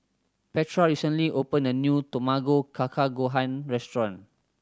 Petra recently opened a new Tamago Kake Gohan restaurant